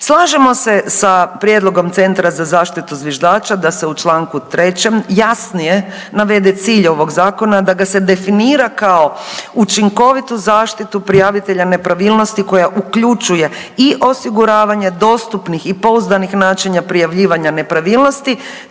Slažemo se sa prijedlogom Centra za zaštitu zviždača da se u Članku 3. jasnije navede cilj ovog zakona, da ga se definira kao učinkovitu zaštitu prijavitelja nepravilnosti koja uključuje i osiguravanje dostupnih i pouzdanih načina prijavljivanja nepravilnosti